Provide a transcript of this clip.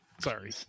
Sorry